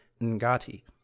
Ngati